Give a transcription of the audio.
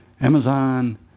Amazon